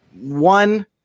one